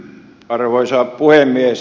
arvoisa puhemies